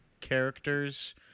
characters